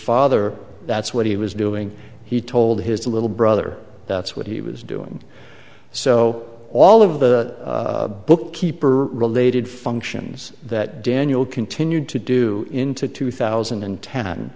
father that's what he was doing he told his little brother that's what he was doing so all of the book keeper related functions that daniel continued to do into two thousand and ten